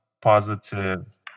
positive